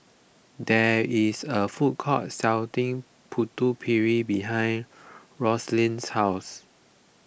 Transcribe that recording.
there is a food court selling Putu Piring behind Raelynn's house